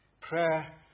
Prayer